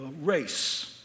race